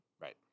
Right